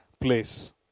place